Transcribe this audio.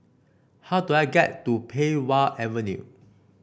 how do I get to Pei Wah Avenue